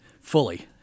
fully